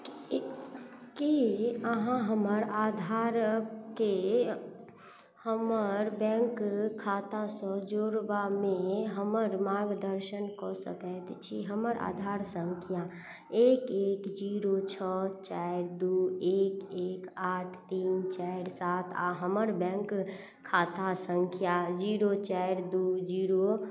की अहाँ हमर आधारके हमर बैंक खाता सऽ जोड़बामे हमर मार्गदर्शन कऽ सकैत छी हमर आधार संख्या एक एक जीरो छओ चारि दू एक एक आठ तीन चारि सात आ हमर बैंक खाता संख्या जीरो चारि दू जीरो